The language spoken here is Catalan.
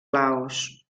laos